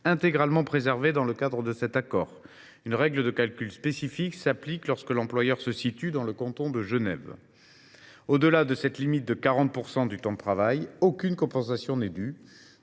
intégralement préservée dans le cadre de cet accord, une règle de calcul spécifique s’applique lorsque l’employeur se situe dans le canton de Genève. Au delà de cette limite de 40 % du temps de travail, aucune compensation n’est due